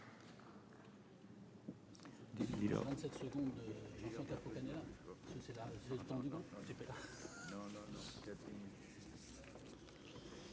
...